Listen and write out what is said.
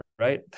right